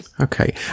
okay